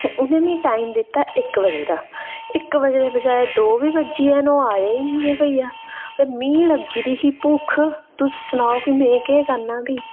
उ'न्नै मिगी टाइम दित्ता इक बजे दा इक बजे दे बजाए दो बी बज्जी गे न ओह् आया निं बइया मिगी लग्गी दी ही भुक्ख तुस सनाओ में केह् करना भी ते